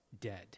dead